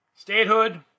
Statehood